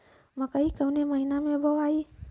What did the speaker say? मकई कवना महीना मे बोआइ?